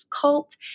cult